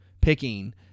picking